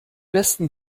besten